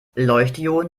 leuchtdioden